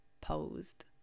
posed